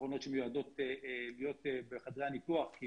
מכונות שיש להן סוג של עמדות ברזל בחדרי הניתוח כי